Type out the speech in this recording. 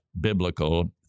biblical